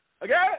Again